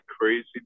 crazy